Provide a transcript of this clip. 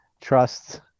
trust